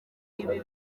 ibi